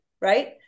right